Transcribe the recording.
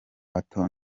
bato